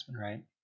right